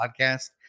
podcast